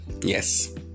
yes